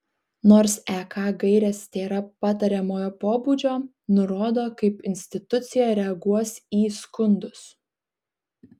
nors ek gairės tėra patariamojo pobūdžio nurodo kaip institucija reaguos į skundus